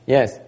Yes